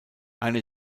eine